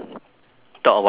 talk about your biceps